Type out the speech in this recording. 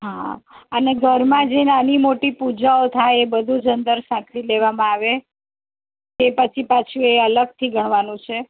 હા અને ઘરમાં જે નાની મોટી પૂજાઓ થાય એ બધું જ અંદર સાંકળી લેવામાં આવે કે પછી પાછું એ અલગથી ગણવાનું છે